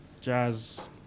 Jazz